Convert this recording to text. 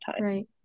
Right